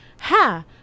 ha